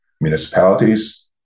municipalities